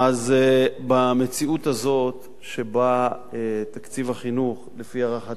אז במציאות הזו שבה תקציב החינוך לפי הערכתי,